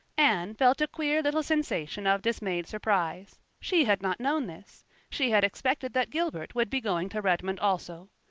anne felt a queer little sensation of dismayed surprise. she had not known this she had expected that gilbert would be going to redmond also.